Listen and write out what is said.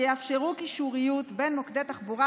שיאפשרו קישוריות בין מוקדי תחבורה,